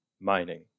Mining